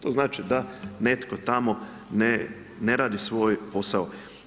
To znači da netko tamo ne radi svoj posao.